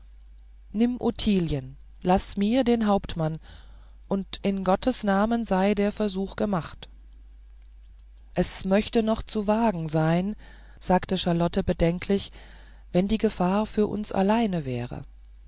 nimm ottilien laß mir den hauptmann und in gottes namen sei der versuch gemacht es möchte noch zu wagen sein sagte charlotte bedenklich wenn die gefahr für uns allein wäre